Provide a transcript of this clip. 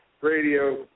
radio